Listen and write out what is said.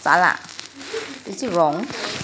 is it wrong